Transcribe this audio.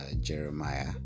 Jeremiah